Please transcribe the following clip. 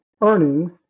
earnings